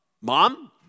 mom